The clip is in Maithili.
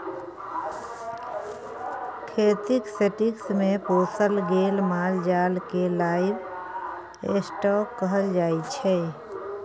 खेतीक सेटिंग्स मे पोसल गेल माल जाल केँ लाइव स्टाँक कहल जाइ छै